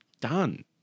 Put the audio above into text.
Done